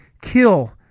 kill